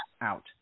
out